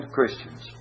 Christians